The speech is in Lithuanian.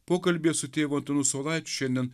pokalbyje su tėvu antanu saulaičiu šiandien